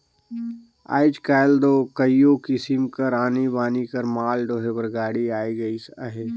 आएज काएल दो कइयो किसिम कर आनी बानी कर माल डोहे बर गाड़ी आए गइस अहे